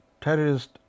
terrorist